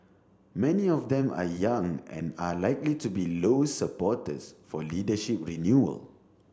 many of them are young and are likely to be Low's supporters for leadership renewal